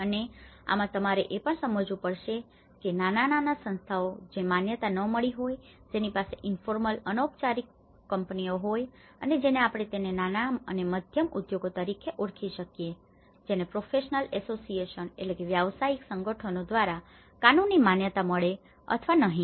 અને આમાં તમારે એ પણ સમજવું પડશે કે નાના સંસ્થાઓ કે જેને માન્યતા ન મળી હોય જેની પાસે ઇન્ફોર્મલ informal અનૌપચારિક કંપનીઓ હોય છે જેને આપણે તેને નાના અને મધ્યમ ઉદ્યોગો તરીકે ઓળખીએ છીએ જેને પ્રોફેશનલ ઍસોસિયેશન professional associations વ્યાવસાયિક સંગઠનો દ્વારા કાનૂની માન્યતા મળે અથવા નહીં